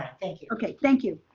ah thank you. okay, thank you.